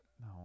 No